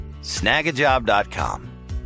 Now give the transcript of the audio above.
snagajob.com